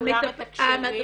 כולם מתקשרים?